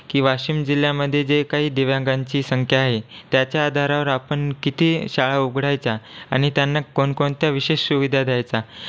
की वाशिम जिल्ह्यामध्ये जे काही दिव्यांगांची संख्या आहे त्याच्या आधारावर आपण किती शाळा उघडायच्या आणि त्यांना कोणकोणत्या विशेष सुविधा द्यायचा